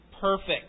perfect